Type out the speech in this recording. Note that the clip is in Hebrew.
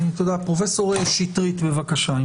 פרופ' שטרית, בבקשה.